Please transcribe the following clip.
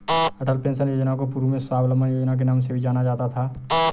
अटल pension योजना को पूर्व में स्वाबलंबन योजना के नाम से भी जाना जाता था